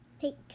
Pink